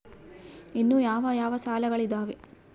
ಇನ್ನು ಯಾವ ಯಾವ ಸಾಲಗಳು ಇದಾವೆ?